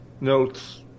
notes